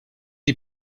die